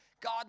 God